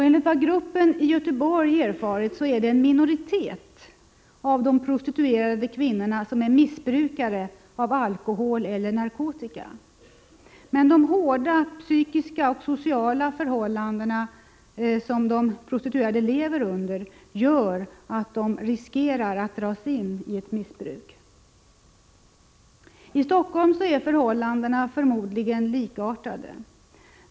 Enligt vad gruppen i Göteborg har erfarit är det en minoritet av de prostituerade kvinnorna som är missbrukare av alkohol eller narkotika. Men de hårda psykiska och sociala förhållanden som de prostituerade lever under gör att de riskerar att dras in i ett missbruk. I Stockholm är förhållandena förmodligen likartade.